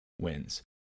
wins